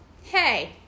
hey